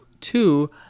two